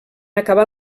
acabar